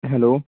hello